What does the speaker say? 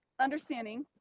understanding